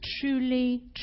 truly